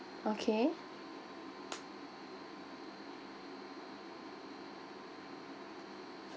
okay